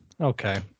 okay